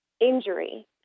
injury